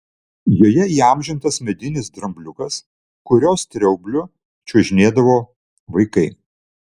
joje įamžintas medinis drambliukas kurio straubliu čiuožinėdavo vaikai